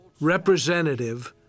representative